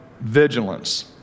vigilance